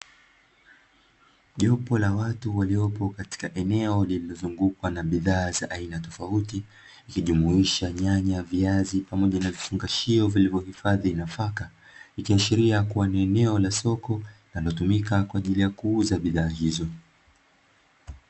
Jopo la watu waliopo katika eneo lililozungukwa na bidhaa za aina tofauti; ikijumuisha nyanya, viazi pamoja na vifungashio vilivyohifadhi nafaka, ikiashiria kuwa ni eneo la soko linalotumika kwa ajili kuuza bidhaa hizo.